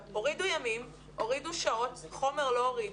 הורידו ימים, הורידו שעות, אבל חומר לא הורידו.